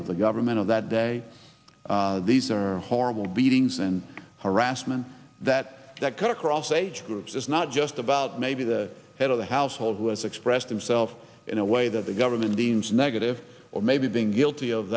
of the government of that day these are horrible beatings and harassment that that cut across age groups is not just about maybe the head of the household who has expressed himself in a way that the government deems negat or maybe think guilty of